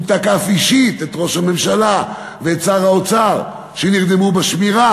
הוא תקף אישית את ראש הממשלה ואת שר האוצר שנרדמו בשמירה.